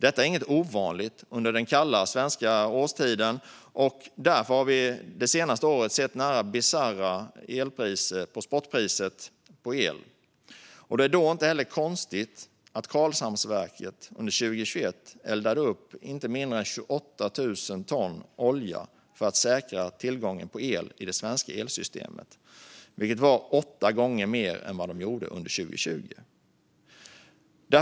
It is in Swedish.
Detta är inget ovanligt under den kalla svenska årstiden, och därför har vi senaste året sett närapå bisarra spotpriser på el. Det är inte heller konstigt att Karlshamnsverket under 2021 eldade upp inte mindre än 28 000 ton olja för att säkra tillgången på el i det svenska elsystemet, vilket var åtta gånger mer än under 2020.